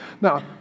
Now